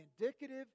indicative